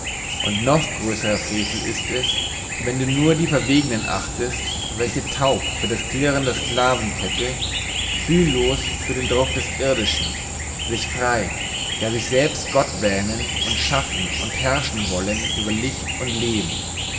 und noch größerer frevel ist es wenn du nur die verwegenen achtest welche taub für das klirren der sklavenkette fühllos für den druck des irdischen sich frei ja selbst sich gott wähnen und schaffen und herrschen wollen über licht und leben